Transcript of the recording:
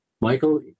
Michael